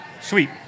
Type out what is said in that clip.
Sweet